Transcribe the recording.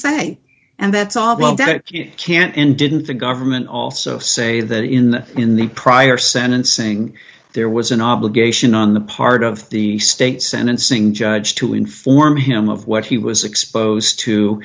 say and that's all of that you can't end didn't the government also say that in in the prior sentencing there was an obligation on the part of the state sentencing judge to inform him of what he was exposed to